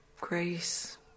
grace